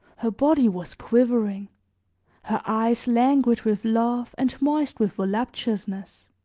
her body was quivering her eyes languid with love and moist with voluptuousness